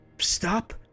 stop